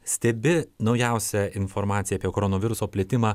stebi naujausią informaciją apie koronaviruso plitimą